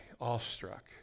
awestruck